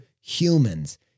humans